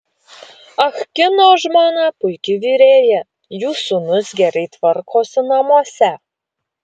ah kino žmona puiki virėja jų sūnus gerai tvarkosi namuose